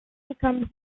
becomes